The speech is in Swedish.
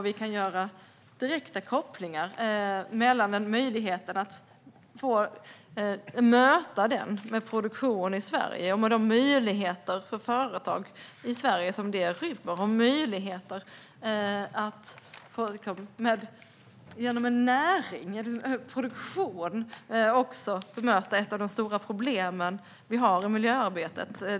Vi kan göra direkta kopplingar mellan möjligheten att möta den med produktion i Sverige, med de möjligheter för företag i Sverige som detta rymmer, och möjligheter att genom en näring och en produktion också bemöta ett av de stora problem vi har i miljöarbetet.